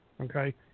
Okay